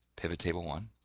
pivot table one,